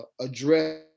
address